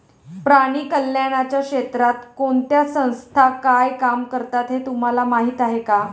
प्राणी कल्याणाच्या क्षेत्रात कोणत्या संस्था काय काम करतात हे तुम्हाला माहीत आहे का?